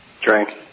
Drink